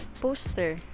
poster